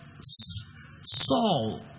saul